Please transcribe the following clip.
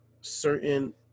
certain